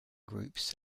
groups